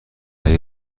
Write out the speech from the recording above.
این